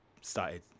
started